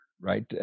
right